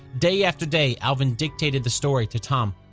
day after day, alvin dictated the story to tom.